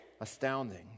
astounding